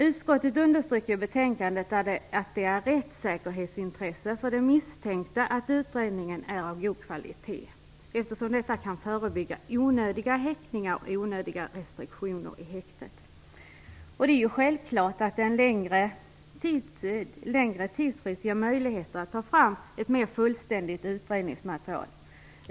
Utskottet understryker i betänkandet att det är ett rättssäkerhetsintresse för de misstänkta att utredningen är av god kvalitet, eftersom detta kan förebygga onödiga häktningar och onödiga restriktioner i häktet. Det är självklart att en längre tidsfrist ger möjligheter att ta fram ett mer fullständigt utredningsmaterial.